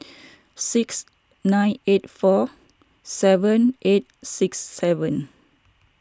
six nine eight four seven eight six seven